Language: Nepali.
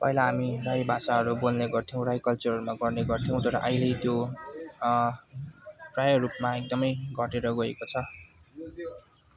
पहिला हामी राई भाषाहरू बोल्ने गर्थ्यौँ राई कल्चरहरूमा गर्ने गर्थ्यौँ तर अहिले त्यो प्रायः रूपमा एकदमै घटेर गएको छ